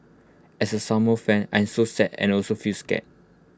as A sumo fan I am so sad and also feel scared